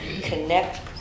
connect